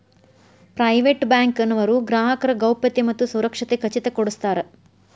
private bank ನವರು ಗ್ರಾಹಕರ ಗೌಪ್ಯತೆ ಮತ್ತ ಸುರಕ್ಷತೆ ಖಚಿತ ಕೊಡ್ಸತಾರ